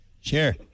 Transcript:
Sure